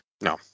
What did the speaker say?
No